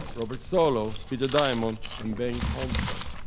robert solow, peter diamond, and bengt holmstrom.